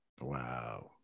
Wow